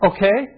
Okay